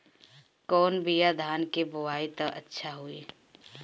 कौन बिया धान के बोआई त अच्छा होई?